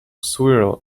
swirl